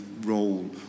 role